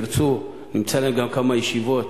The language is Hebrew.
ירצו, נמצא להם גם כמה ישיבות